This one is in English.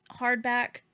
hardback